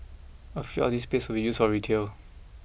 a fifth of this space will be used for retail